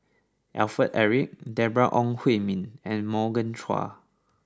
Alfred Eric Deborah Ong Hui Min and Morgan Chua